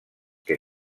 que